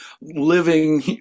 living